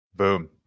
boom